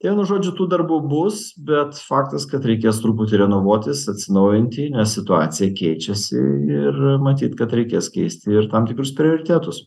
vienu žodžiu tų darbų bus bet faktas kad reikės truputį renovuotis atsinaujinti nes situacija keičiasi ir matyt kad reikės keisti ir tam tikrus prioritetus